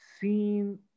seen